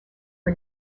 for